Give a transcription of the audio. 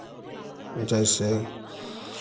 जैसे